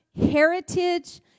heritage